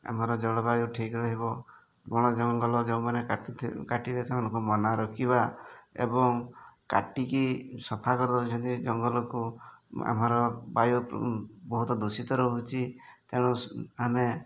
ଆମର ଜଳବାୟୁ ଠିକ୍ ରହିବ ବଣ ଜଙ୍ଗଲ ଯେଉଁମାନେ କାଟିବେ ସେମାନଙ୍କୁ ମନା ରଖିବା ଏବଂ କାଟିକି ସଫା କରିଦେଉଛନ୍ତି ଜଙ୍ଗଲକୁ ଆମର ବାୟୁ ବହୁତ ଦୂଷିତ ରହୁଛି ତେଣୁ ଆମେ